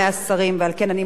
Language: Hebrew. ועל כן אני מודה להם,